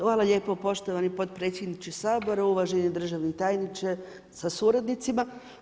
Hvala lijepo poštovani potpredsjedniče Sabora, uvaženi državni tajniče sa suradnicima.